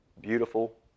beautiful